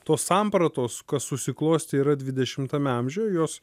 tos sampratos kas susiklostė yra dvidešimtame amžiuje jos